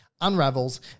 unravels